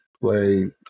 play